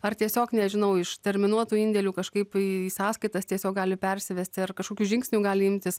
ar tiesiog nežinau iš terminuotų indėlių kažkaip į sąskaitas tiesiog gali persivesti ar kažkokių žingsnių gali imtis